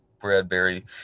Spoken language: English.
Bradbury